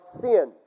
sin